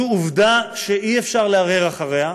זו עובדה שאי-אפשר לערער עליה,